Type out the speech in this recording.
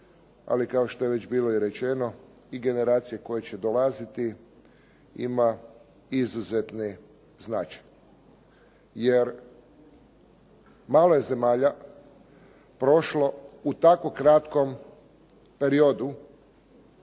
ali kao što je već bilo i rečeno i generacije koje će dolaziti ima izuzetni značaj. Jer malo je zemalja prošlo u tako kratkom periodu